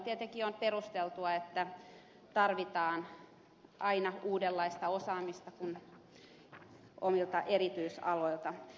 tällöin on tietenkin perusteltua että tarvitaan aina uudenlaista osaamista omilta erityisaloilta